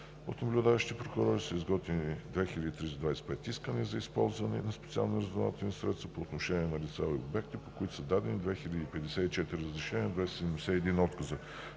от наблюдаващите прокурори са изготвени 2325 искания за използване на специални разузнавателни средства по отношение на лица и обекти, по които са дадени 2054 разрешения и 271 отказа.